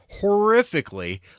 horrifically